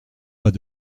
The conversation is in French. pas